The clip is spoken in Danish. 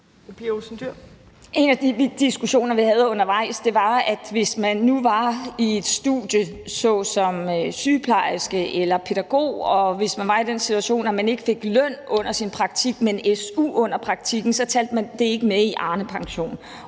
En af de diskussioner, vi havde undervejs, var, at hvis man nu f.eks. studerede til sygeplejerske eller pædagog, og hvis man var i den situation, at man ikke fik løn under sin praktik, men su under praktikken, så talte det ikke med i Arnepensionen,